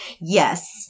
Yes